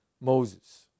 Moses